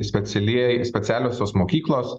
specialieji specialiosios mokyklos